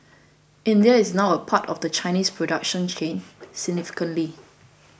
India is now a part of the Chinese production chain significantly